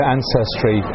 Ancestry